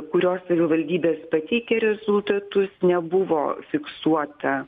kurios savivaldybės pateikė rezultatus nebuvo fiksuota